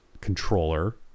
controller